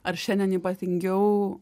ar šiandien ypatingiau